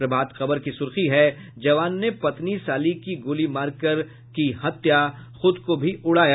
प्रभात खबर की सुर्खी है जवान ने पत्नी साली की गोलीमार कर की हत्या खुद को भी उड़ाया